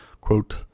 quote